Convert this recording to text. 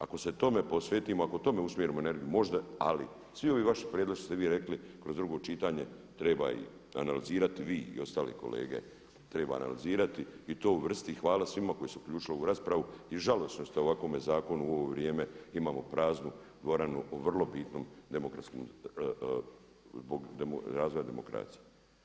Ako se tome posvetimo, ako tome usmjerimo energiju možda, ali svi ovi vaši prijedlozi što ste vi rekli kroz drugo čitanje treba ih analizirati vi i ostali kolege, treba analizirati i to uvrstit i hvala svima koji ušli u ovu raspravu i žalosno je što u ovakvome zakonu u ovo vrijeme imamo praznu dvoranu o vrlo bitnom demokratskom, zbog razvoja demokracije.